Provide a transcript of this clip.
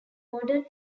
modern